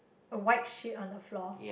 a white sheet on the floor